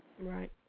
Right